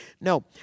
No